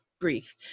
brief